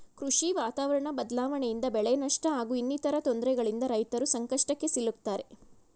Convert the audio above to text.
ಕೃಷಿ ವಾತಾವರಣ ಬದ್ಲಾವಣೆಯಿಂದ ಬೆಳೆನಷ್ಟ ಹಾಗೂ ಇನ್ನಿತರ ತೊಂದ್ರೆಗಳಿಂದ ರೈತರು ಸಂಕಷ್ಟಕ್ಕೆ ಸಿಲುಕ್ತಾರೆ